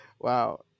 Wow